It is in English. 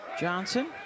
Johnson